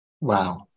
Wow